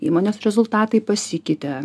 įmonės rezultatai pasikeitė